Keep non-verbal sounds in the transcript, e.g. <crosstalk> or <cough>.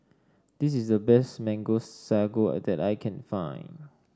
this is the best Mango Sago <unintelligible> that I can find